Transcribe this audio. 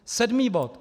Sedmý bod.